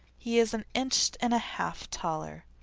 he is an inch and a half taller.